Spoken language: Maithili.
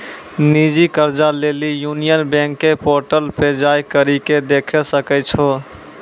निजी कर्जा लेली यूनियन बैंक के पोर्टल पे जाय करि के देखै सकै छो